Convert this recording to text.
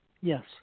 yes